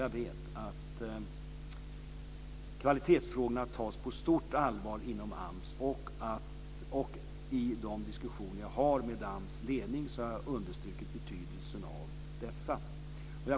Jag vet att kvalitetsfrågorna tas på stort allvar inom AMS och i de diskussioner jag har med AMS ledning har jag understrukit betydelsen av dem.